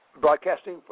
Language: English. broadcasting